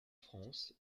france